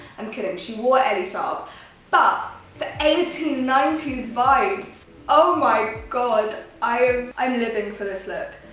i'm kidding she wore ellie saab but the eighteen ninety s vibes oh my god i am i'm living for this look!